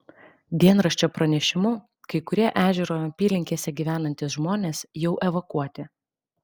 dienraščio pranešimu kai kurie ežero apylinkėse gyvenantys žmonės jau evakuoti